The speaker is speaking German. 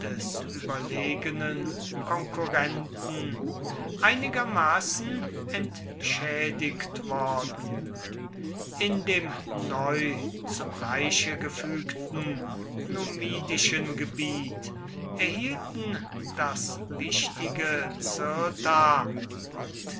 überlegenen konkurrenten einigermaßen entschädigt worden in dem neu zum reiche gefügten numidischen gebiet erhielten das wichtige cirta und